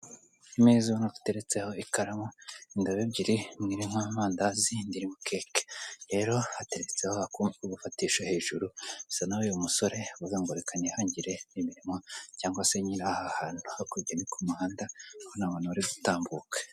Imeza iteretseho ikaramu, indobo ebyiri zirimo amandazi indi irimo keke( cake ) rero hateretseho ako gufatisha hejuru sa nk'uyu musore uvuge ngo reka nihangire imirimo cyangwa se nyiri aha hantu hakurya ku muhanda ndabona abantu bari gutambuka.